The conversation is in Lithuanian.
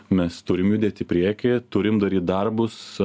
mes turim judėt į priekį turim daryt darbus